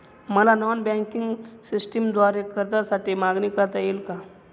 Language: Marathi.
मला नॉन बँकिंग सिस्टमद्वारे कर्जासाठी मागणी करता येईल का?